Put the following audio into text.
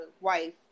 wife